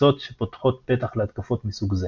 הפרצות שפותחות פתח להתקפות מסוג זה.